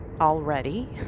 already